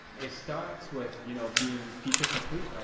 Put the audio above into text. it starts with you know being feature complete.